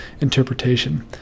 interpretation